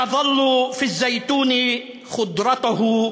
נישאר בירוק של עצי הזית,